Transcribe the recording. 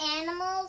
animals